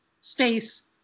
space